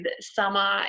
summer